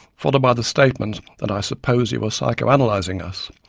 followed by the statement that i suppose you are psychoanalysing us,